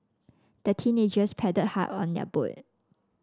the teenagers paddled hard on their boat